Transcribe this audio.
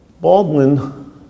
Baldwin